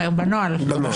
השעה 09:15 בבוקר.